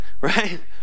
right